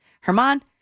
Herman